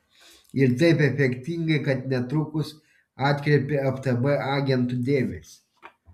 ir taip efektingai kad netrukus atkreipia ftb agentų dėmesį